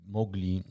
mogli